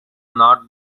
not